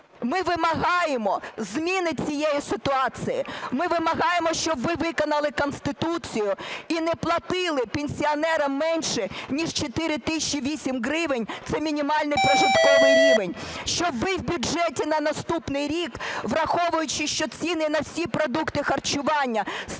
Ми вимагаємо зміни цієї ситуації. Ми вимагаємо, щоб ви виконали Конституцію і не платили пенсіонерам менше, ніж 4 тисячі 8 гривень (це мінімальний прожитковий рівень), щоб ми в бюджеті на наступний рік, враховуючи, що ціни на всі продукти харчування стрімко